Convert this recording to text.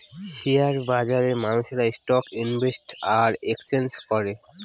share বাজারে মানুষেরা stock invest আর এক্সচেঞ্জ করে